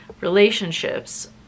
relationships